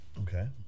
Okay